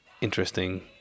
interesting